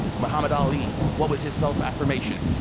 muhammad ali, what was his self-affirmation?